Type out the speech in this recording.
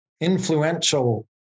influential